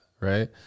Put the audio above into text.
right